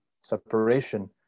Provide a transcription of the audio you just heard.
separation